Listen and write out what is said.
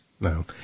No